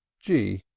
g!